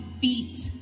feet